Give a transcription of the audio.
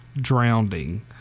drowning